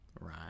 Right